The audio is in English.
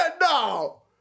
no